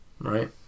Right